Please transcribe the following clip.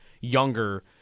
younger